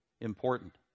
important